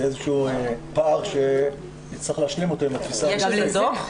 זה איזה שהוא פער שנצטרך להשלים אותו --- יש על זה דו"ח?